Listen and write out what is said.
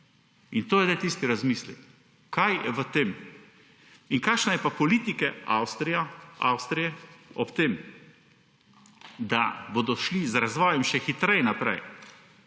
In to je tisti razmislek, kaj je v tem. Kakšna je pa politika Avstrije ob tem, da bodo šli z razvojem še hitreje naprej?